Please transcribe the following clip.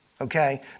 Okay